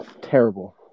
terrible